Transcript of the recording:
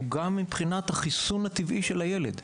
הוא גם מבחינת החיסון הטבעי של הילד.